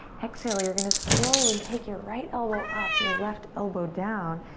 exhale. you're gonna slowly take your right elbow up, your left elbow down.